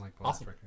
awesome